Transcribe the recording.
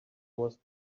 was